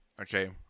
Okay